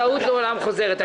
טעות לעולם חוזרת.